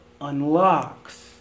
unlocks